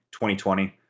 2020